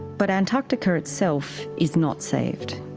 but antarctica itself is not saved.